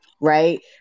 right